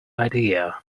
idea